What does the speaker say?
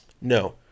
No